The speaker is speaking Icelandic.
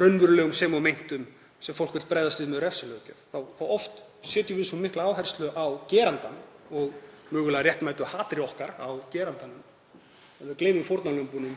raunverulegum sem og meintum, sem fólk vill bregðast við með refsilöggjöf. Þá setjum við oft svo mikla áherslu á gerandann og mögulega réttmætt hatur okkar á gerandanum að við gleymum